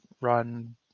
run